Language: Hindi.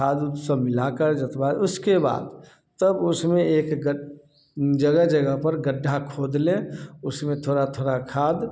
खाद उद सब मिला कर जोतवा उसके बाद तब उसमें एक अगर जगह जगह पर गड्ढा खोद ले उसमें थोड़ा थोड़ा खाद